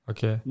Okay